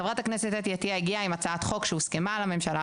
חברת הכנסת אתי עטיה הגיעה עם הצעת חוק שהוסכמה על הממשלה,